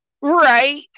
right